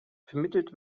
vermittelt